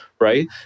right